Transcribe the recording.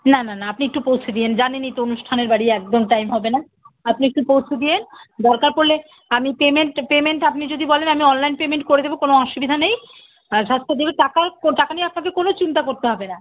না না না আপনি একটু পৌঁছে দিন জানেনই তো অনুষ্ঠানের বাড়ি একদম টাইম হবে না আপনি একটু পৌঁছে দিন দরকার পড়লে আমি পেমেন্ট পেমেন্ট আপনি যদি বলেন আমি অনলাইন পেমেন্ট করে দেবো কোনো অসুবিধা নেই টাকা ক্ টাকা নিয়ে আপনাকে কোনো চিন্তা করতে হবে না